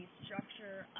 structure